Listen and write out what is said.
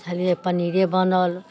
बुझलियै पनीरे बनल